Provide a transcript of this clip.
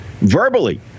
verbally